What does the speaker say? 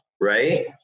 Right